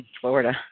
Florida